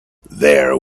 there